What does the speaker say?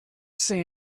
say